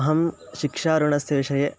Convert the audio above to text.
अहं शिक्षाऋणस्य विषये